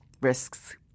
risks